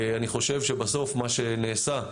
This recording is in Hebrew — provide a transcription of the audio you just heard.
אני חושב שבסוף מה שנעשה,